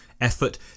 effort